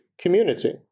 community